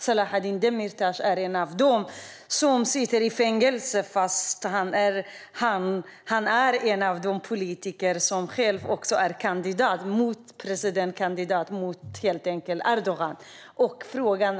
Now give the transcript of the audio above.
Selahattin Demirtas sitter i fängelse fast han är en av presidentkandidaterna mot Erdogan.